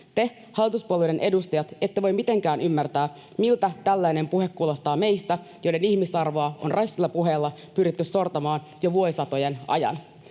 Te, hallituspuolueiden edustajat, ette voi mitenkään ymmärtää, miltä tällainen puhe kuulostaa meistä, joiden ihmisarvoa on rasistisella puheella pyritty sortamaan jo vuosisatojen ajan.